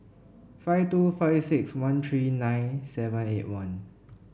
five two five six one three nine seven eight one